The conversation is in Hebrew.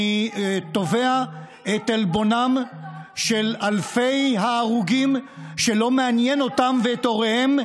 אני תובע את עלבונם של אלפי ההרוגים שלא מעניין אותם ואת הוריהם,